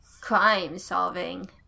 crime-solving